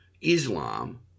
Islam